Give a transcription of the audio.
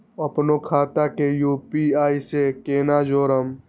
अपनो खाता के यू.पी.आई से केना जोरम?